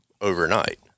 overnight